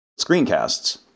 screencasts